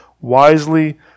wisely